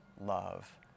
love